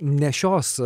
ne šios